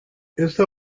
esta